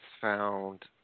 found